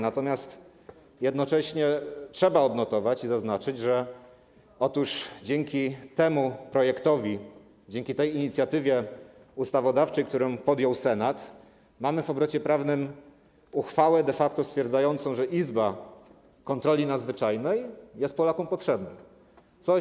Natomiast jednocześnie trzeba odnotować i zaznaczyć, że dzięki temu projektowi, dzięki tej inicjatywie ustawodawczej, którą podjął Senat, mamy w obrocie prawnym uchwałę stwierdzającą de facto, że izba kontroli nadzwyczajnej jest Polakom potrzebna.